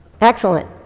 Excellent